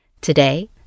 Today